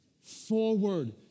forward